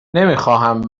نمیخواهم